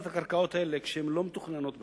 את הקרקעות האלה כשהן לא מתוכננות בכלל,